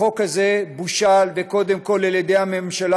החוק הזה בושל קודם כול על-ידי הממשלה,